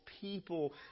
people